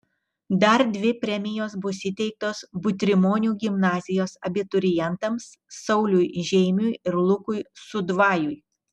dar dvi premijos bus įteiktos butrimonių gimnazijos abiturientams sauliui žeimiui ir lukui sudvajui